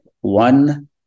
One